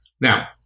Now